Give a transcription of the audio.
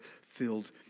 filled